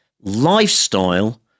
lifestyle